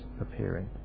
appearing